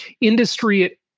industry